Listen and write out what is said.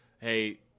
hey